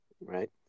Right